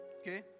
Okay